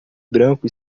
branco